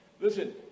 Listen